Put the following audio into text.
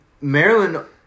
Maryland